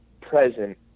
present